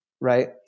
right